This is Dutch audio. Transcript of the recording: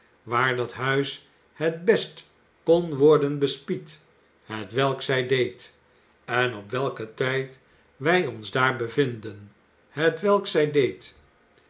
waar dat huis het best kon worden bespied hetwelk zij deed en op welken tijd wij ons daar bevinden hetwelk zij deed